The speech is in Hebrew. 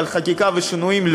אבל חקיקה ושינויים,